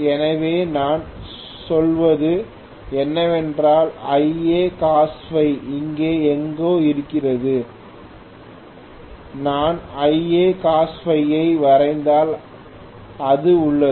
எனவே நான் சொல்வது என்னவென்றால் Iacos இங்கே எங்கோ இருக்கிறது நான் Iacos ஐ வரைந்தால் இது உள்ளது